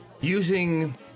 using